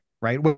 right